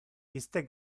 iste